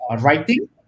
writing